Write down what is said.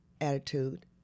attitude